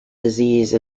disease